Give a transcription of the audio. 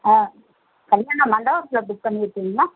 ஆ கல்யாணம் மண்டபத்தில் புக் பண்ணியிருக்கீங்களா